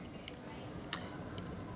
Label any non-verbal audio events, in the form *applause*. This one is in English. *noise*